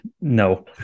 No